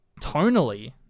tonally